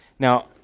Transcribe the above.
Now